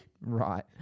Right